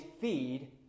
feed